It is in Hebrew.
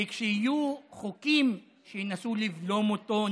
וכשיהיו חוקים שינסו לבלום אותו,